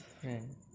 friend